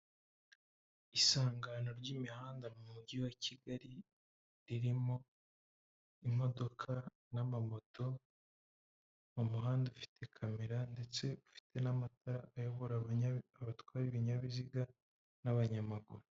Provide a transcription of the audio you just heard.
Isangano ry'imihanda mu mujyi wa Kigali ririmo imodoka n'amamoto mu muhanda ufite kamera ndetse ufite n'amatara ayobora abatware ibinyabiziga n'abanyamaguru.